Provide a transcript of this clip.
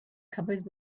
covered